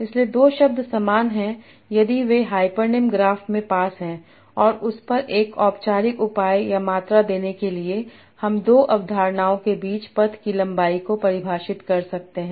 इसलिए दो शब्द समान हैं यदि वे हाइपरनम ग्राफ में पास हैं और उस पर एक औपचारिक उपाय या मात्रा देने के लिए हम दो अवधारणाओं के बीच पथ की लंबाई को परिभाषित कर सकते हैं